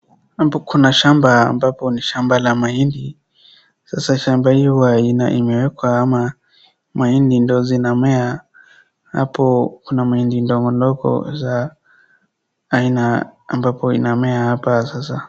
Hapo kuna shamba ambapo ni shamba la mahindi. Sasa shamba hii huwa imewekwa ama mahindi ndiyo zinamea. Hapo kuna mahindi ndogo ndogo za aina ambapo inamea hapo sasa.